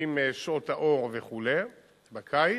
לפי שעות האור וכו' בקיץ.